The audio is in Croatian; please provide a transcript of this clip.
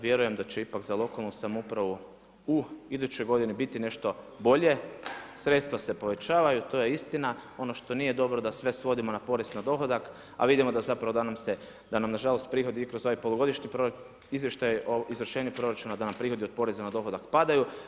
Vjerujem da će ipak za lokalnu samoupravu u idućoj godini biti nešto bolje, sredstva se povećavaju to je istina, ono što nije dobro da sve svodimo na porez na dohodak, a vidimo da nam nažalost prihodi i kroz ovaj polugodišnji izvještaj o izvršenju proračuna da nam prihodi od poreza na dohodak padaju.